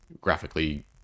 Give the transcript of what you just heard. graphically